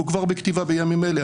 הוא כבר בכתיבה בימים אלה.